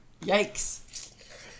Yikes